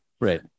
right